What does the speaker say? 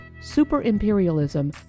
Super-Imperialism